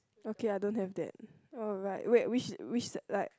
okay I don't have that oh right wait which which like